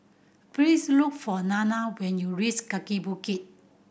please look for Dana when you reach Kaki Bukit